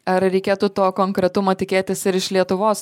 ar reikėtų to konkretumo tikėtis ir iš lietuvos